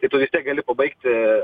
tai tu vistiek gali pabaigti